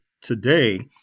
today